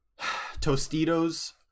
Tostitos